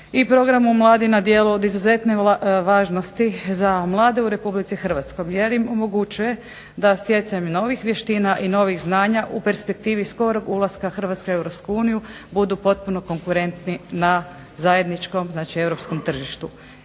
programu mladi na djelu od izuzetne važnosti za mlade u Republici Hrvatskoj, jer im omoguće da stjecanjem novih vještina i novih znanja u perspektivi skorog ulaska Hrvatske u Europsku uniju budu potpuno konkurentni na zajedničkom, znači europskom tržištu.